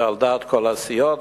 ועל דעת כל הסיעות,